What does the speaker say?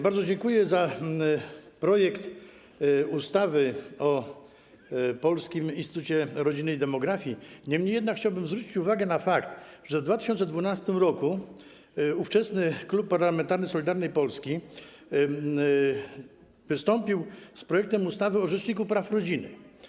Bardzo dziękuję za projekt ustawy o Polskim Instytucie Rodziny i Demografii, niemniej jednak chciałbym zwrócić uwagę na fakt, że w 2012 r. ówczesny Klub Parlamentarny Solidarna Polska wystąpił z projektem ustawy o Rzeczniku Praw Rodziny.